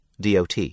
DOT